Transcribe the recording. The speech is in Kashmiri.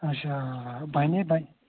اچھا بَنے بَنہِ